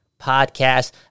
podcast